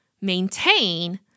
maintain